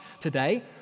today